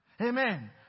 Amen